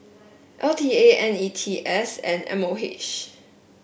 L T A N E T S and M O H